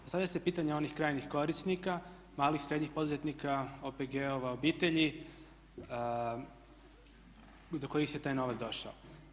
Postavlja se pitanje onih krajnjih korisnika, malih i srednjih poduzetnika, OPG-ova, obitelji do kojih je taj novac došao.